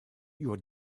your